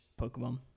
Pokemon